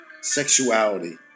sexuality